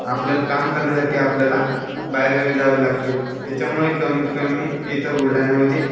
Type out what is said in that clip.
आपल्याला काम करण्यासाठी आपल्याला बाहेरगावी जावे लागते त्याच्यामुळे कमीतकमी इथं बुलढाण्यामध्ये